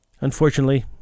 unfortunately